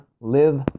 Live